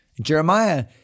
Jeremiah